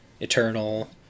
eternal